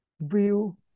view